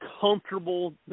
comfortable